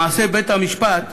למעשה, בית-המשפט